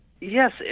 Yes